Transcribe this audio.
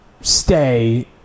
stay